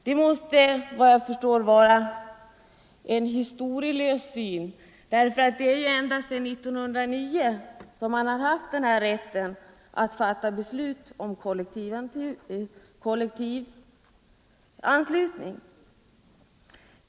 Det måste såvitt jag förstår vara ett historielöst synsätt. Fackföreningsrörelsen har ändock sedan 1909 haft rätten att fatta beslut om kollektivanslutning.